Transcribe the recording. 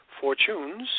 Fortunes